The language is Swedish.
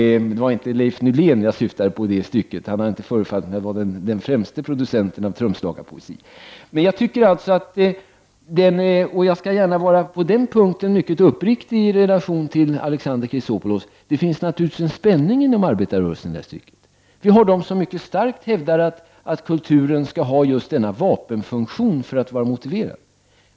Det var inte Leif Nylén jag syftade på i det stycket. Han har inte förefallit mig vara den främste producenten av trumslagarpoesi. På den här punkten vill jag vara mycket uppriktig mot Alexander Chrisopoulos. I den här delen finns det naturligtvis en spänning inom arbetarrörelsen. Det finns de som mycket starkt hävdar att kulturen skall ha denna vapenfunktion för att vara motiverad.